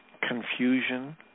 confusion